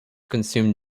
consume